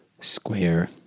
square